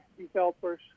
developers